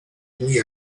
muy